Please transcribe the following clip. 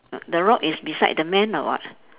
mm the rock is beside the man or what